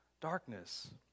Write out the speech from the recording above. darkness